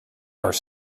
are